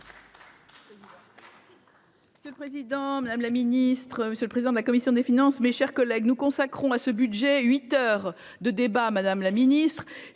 Monsieur le Président, Madame la Ministre, monsieur le président de la commission des finances, mes chers collègues, nous consacrons à ce budget, 8 heures de débats, Madame la Ministre,